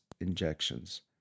injections